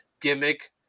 gimmick